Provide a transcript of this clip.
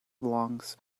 belongs